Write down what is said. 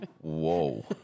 whoa